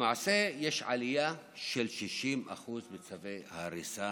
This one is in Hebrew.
למעשה יש עלייה של 60% בצווי ההריסה